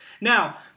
Now